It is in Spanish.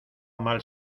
mal